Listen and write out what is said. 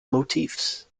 motifs